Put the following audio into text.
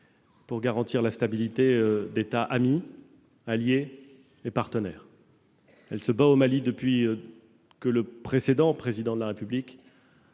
pour garantir la stabilité d'États amis, alliés et partenaires ». Elle se bat au Mali depuis que le précédent Président de la République